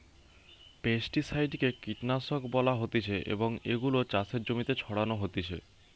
pesticide কে কীটনাশক বলা হতিছে এবং এগুলো চাষের জমিতে ছড়ানো হতিছে